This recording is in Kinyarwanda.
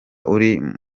uri